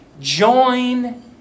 join